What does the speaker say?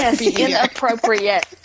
inappropriate